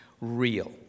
real